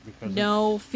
No